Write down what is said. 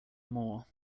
more